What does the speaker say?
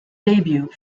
debut